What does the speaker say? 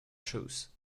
shoes